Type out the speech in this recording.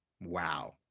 Wow